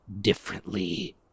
differently